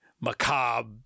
macabre